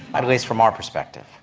at least from our perspective.